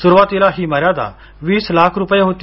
सुरुवातीला ही मर्यादा वीस लाख रुपये होती